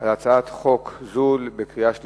על הצעת חוק זו בקריאה השלישית.